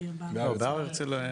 בהר הרצל.